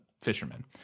fishermen